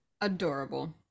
adorable